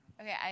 Okay